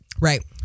Right